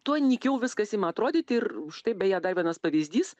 tuo nykiau viskas ima atrodyti ir štai tai beje dar vienas pavyzdys